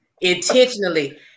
intentionally